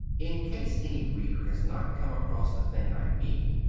in case any reader has not come across the thing i mean,